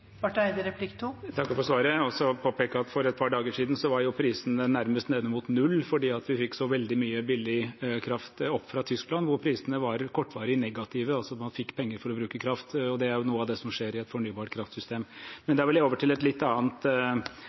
takker for svaret. Jeg vil påpeke at for et par dager siden var prisene nærmest nede mot null fordi vi fikk så veldig mye billig kraft opp fra Tyskland, hvor prisene var kortvarig negative – altså at man fikk penger for å bruke kraft – og det er noe av det som skjer i et fornybart kraftsystem. Men jeg vil over til et litt annet